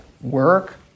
work